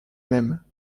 mêmes